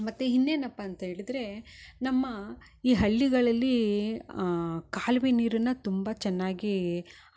ಮತ್ತು ಇನ್ನೇನಪ್ಪ ಅಂತ ಹೇಳಿದ್ರೆ ನಮ್ಮ ಈ ಹಳ್ಳಿಗಳಲ್ಲಿ ಕಾಲುವೆ ನೀರನ್ನ ತುಂಬ ಚೆನ್ನಾಗಿ